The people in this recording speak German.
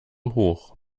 hoch